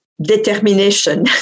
determination